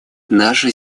наше